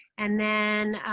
and then,